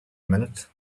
minute